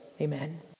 Amen